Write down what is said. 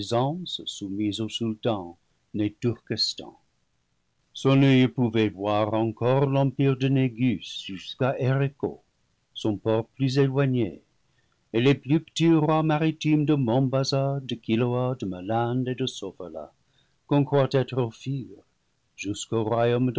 au sultan né turkestan son oeil pouvait voir encore l'empire de négus jusqu'à erecco son port plus éloigné et les plus petits rois maritimes de montbaza de quiloa de melinde et de sofala qu'on croit être ophir jusqu'au